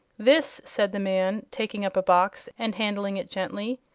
this, said the man, taking up a box and handling it gently,